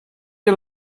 you